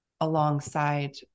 alongside